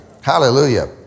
Hallelujah